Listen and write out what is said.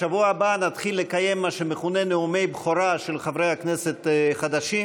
בשבוע הבא נתחיל לקיים מה שמכונה נאומי בכורה של חברי כנסת חדשים.